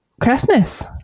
Christmas